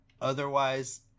otherwise